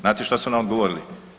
Znate šta su nam odgovorili?